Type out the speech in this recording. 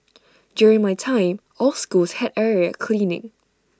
during my time all schools had area cleaning